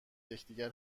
یکدیگر